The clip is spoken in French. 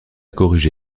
corrigé